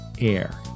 Air